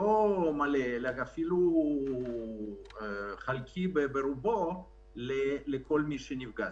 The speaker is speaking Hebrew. אפילו לא חלקי, לכל מי שנפגע.